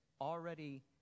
already